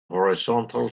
horizontal